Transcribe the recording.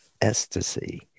ecstasy